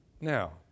Now